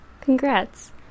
Congrats